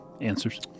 answers